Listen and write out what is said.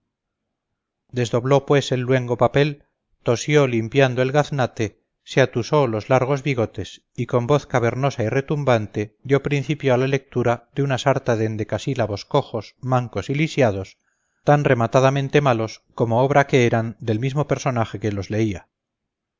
desdobló pues el luengo papel tosió limpiando el gaznate se atusó los largos bigotes y con voz cavernosa y retumbante dio principio a la lectura de una sarta de endecasílabos cojos mancos y lisiados tan rematadamente malos como obra que eran del mismo personaje que los leía